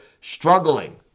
struggling